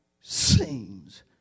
seems